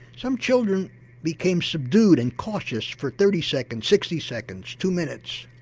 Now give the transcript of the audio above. some children became subdued and cautious for thirty seconds, sixty seconds, two minutes.